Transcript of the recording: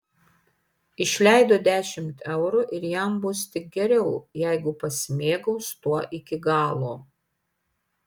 išleido dešimt eurų ir jam bus tik geriau jeigu pasimėgaus tuo iki galo